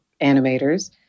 animators